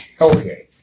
okay